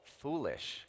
foolish